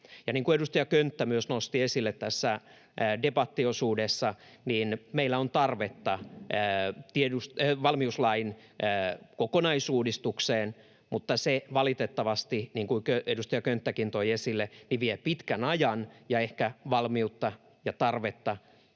kuin edustaja Könttä myös nosti esille tässä debattiosuudessa, meillä on tarvetta valmiuslain kokonaisuudistukseen, mutta se valitettavasti niin kuin edustaja Könttäkin toi esille, vie pitkän ajan, ja ehkä valmiutta ja tarvetta